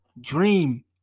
dream